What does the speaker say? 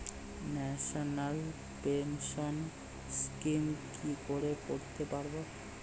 National pension scheme কি করে করতে পারব?